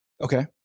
Okay